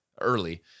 early